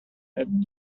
had